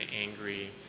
angry